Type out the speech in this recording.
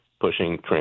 Pushing